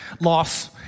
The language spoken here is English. loss